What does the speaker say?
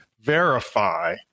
verify